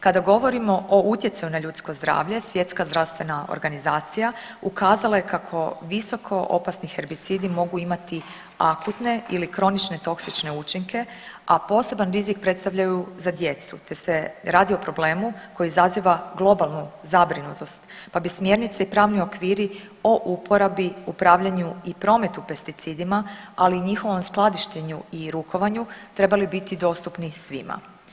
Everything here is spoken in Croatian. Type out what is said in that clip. Kada govorimo o utjecaju na ljudsko zdravlje Svjetska zdravstvena organizacija ukazala je kako visoko opasni herbicidi mogu imati akutne ili kronične toksične učinke, a poseban rizik predstavljaju za djecu te se radi o problemu koji izaziva globalnu zabrinutost, pa bi smjernice i pravni okviri o uporabi, upravljanju i prometu pesticidima, ali i njihovom skladištenju i rukovanju trebali biti dostupni svima.